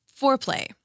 foreplay